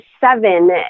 seven